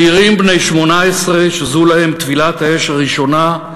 צעירים בני 18 שהייתה זו להם טבילת האש הראשונה,